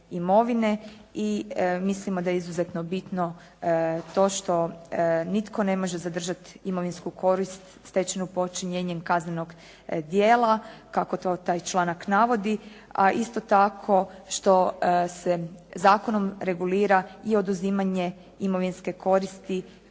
i mislimo da je izuzetno bitno to što nitko ne može zadržati imovinsku korist stečene počinjenjem kaznenog djela kako to taj članak navodi, a isto tako što se zakonom regulira i oduzimanje imovinske koristi